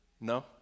No